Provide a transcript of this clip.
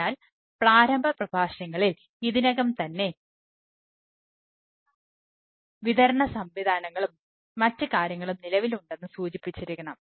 അതിനാൽ പ്രാരംഭ പ്രഭാഷണങ്ങളിൽ ഇതിനകം തന്നെ വിതരണ സംവിധാനങ്ങളും മറ്റ് കാര്യങ്ങളും നിലവിലുണ്ടെന്ന് സൂചിപ്പിച്ചിരിക്കണം